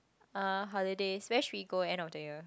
uh holidays where should we go end of the year